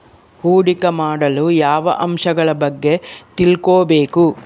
ಹೂಡಿಕೆ ಮಾಡಲು ಯಾವ ಅಂಶಗಳ ಬಗ್ಗೆ ತಿಳ್ಕೊಬೇಕು?